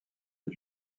les